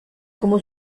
como